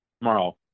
Tomorrow